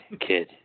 kid